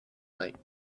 night